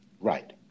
Right